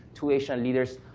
two asian leaders,